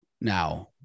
now